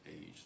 age